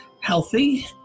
healthy